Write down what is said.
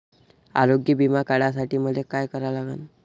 आरोग्य बिमा काढासाठी मले काय करा लागन?